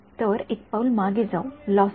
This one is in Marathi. तर एक पाऊल मागे घेऊ लॉसी